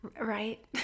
Right